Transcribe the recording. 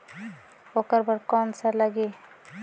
ओकर बर कौन का लगी?